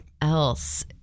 else